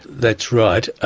that's right. ah